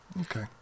Okay